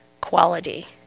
quality